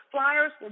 Flyers